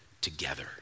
together